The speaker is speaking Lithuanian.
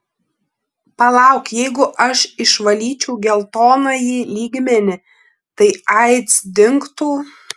palauk jeigu aš išvalyčiau geltonąjį lygmenį tai aids dingtų